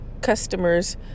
customers